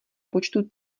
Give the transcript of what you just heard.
počtu